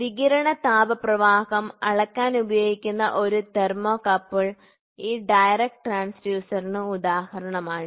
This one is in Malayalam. വികിരണ താപപ്രവാഹം അളക്കാൻ ഉപയോഗിക്കുന്ന ഒരു തെർമോകപ്പിൾ ഈ ഡയറക്ട് ട്രാൻസ്ഡ്യൂസറിന് ഉദാഹരണമാണ്